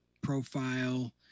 profile